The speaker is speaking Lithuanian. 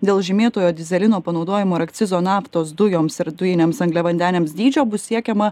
dėl žymėtojo dyzelino panaudojimo ar akcizo naftos dujoms ir dujiniams angliavandeniams dydžio bus siekiama